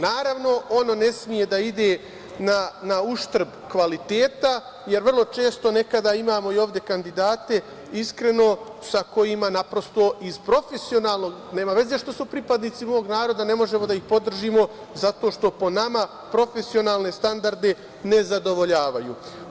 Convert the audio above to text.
Naravno, ono ne sme da ide na uštrb kvaliteta, jer vrlo često nekada imamo i ovde kandidate, iskreno, sa kojima naprosto, iz profesionalnog, nema veze što su pripadnici mog naroda, ne možemo da ih podržimo zato što po nama, profesionalne standarde ne zadovoljavaju.